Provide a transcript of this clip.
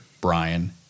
Brian